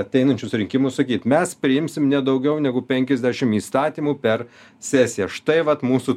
ateinančius rinkimus sakyt mes priimsim ne daugiau negu penkiasdešim įstatymų per sesiją štai vat mūsų